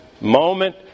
moment